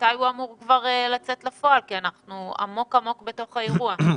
מתי הוא אמור לצאת כבר לפועל כי אנחנו עמוק עמוק בתוך האירוע?